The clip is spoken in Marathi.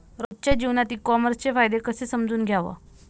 रोजच्या जीवनात ई कामर्सचे फायदे कसे समजून घ्याव?